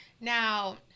Now